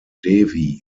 devi